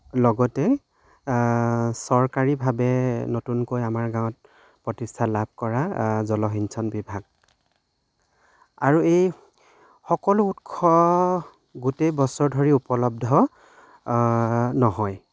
লগতে চৰকাৰীভাৱে নতুনকৈ আমাৰ গাঁৱত প্ৰতিষ্ঠা লাভ কৰা জলসিঞ্চন বিভাগ আৰু এই সকলো উৎস গোটেই বছৰ ধৰি উপলব্ধ নহয়